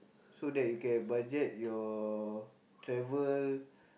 so that you can budget your travel